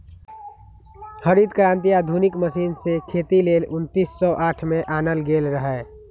हरित क्रांति आधुनिक मशीन से खेती लेल उन्नीस सौ साठ में आनल गेल रहै